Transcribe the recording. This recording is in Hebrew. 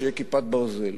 שיהיה "כיפת ברזל".